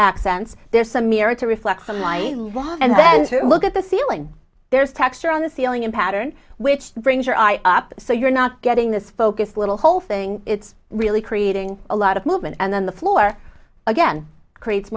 accents there's some merit to reflect from my job and then to look at the ceiling there's texture on the ceiling in pattern which brings your eye up so you're not getting this focused little whole thing it's really creating a lot of movement and then the floor again creates